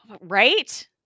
Right